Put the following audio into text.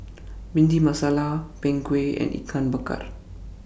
Bhindi Masala Png Kueh and Ikan Bakar